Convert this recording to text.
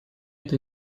это